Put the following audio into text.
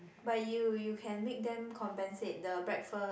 but you you can make them compensate the breakfast